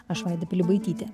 aš vaida pilibaitytė